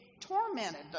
tormented